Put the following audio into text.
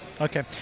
Okay